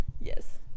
yes